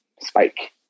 spike